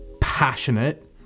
passionate